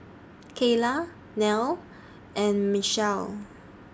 Cayla Neil and Mechelle